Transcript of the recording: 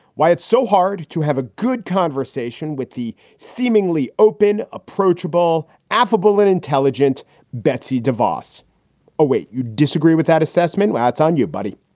why it's so hard to have a good conversation with the seemingly open, approachable, affable and intelligent betsi davos await. you disagree with that assessment? that's on you, buddy.